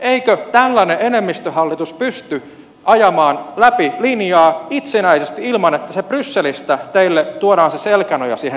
eikö tällainen enemmistöhallitus pysty ajamaan läpi linjaa itsenäisesti ilman että brysselistä tuodaan teille se selkänoja siihen taakse